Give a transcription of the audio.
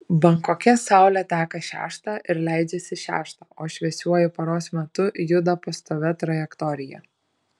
bankoke saulė teka šeštą ir leidžiasi šeštą o šviesiuoju paros metu juda pastovia trajektorija